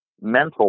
Mental